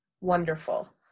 wonderful